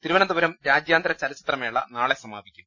തിരുവനന്തപുരം രാജ്യാന്തര ചലച്ചിത്രമേള നാളെ സമാപിക്കും